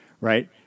right